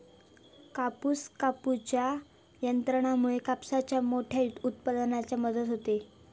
कापूस कापूच्या यंत्रामुळे कापसाच्या मोठ्या उत्पादनात मदत होता